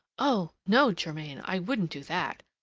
oh! no, germain, i wouldn't do that!